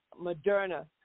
Moderna